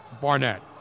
Barnett